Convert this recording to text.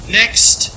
next